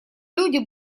люди